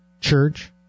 church